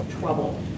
trouble